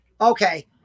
Okay